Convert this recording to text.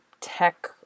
tech